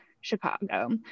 Chicago